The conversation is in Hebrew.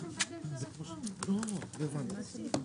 הישיבה ננעלה בשעה 14:12.